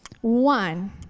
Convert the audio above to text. One